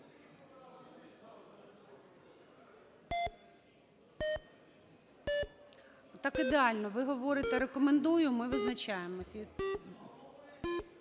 Так ідеально: ви говорите рекомендуємо – ми визначаємося.